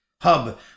hub